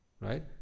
right